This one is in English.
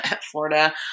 Florida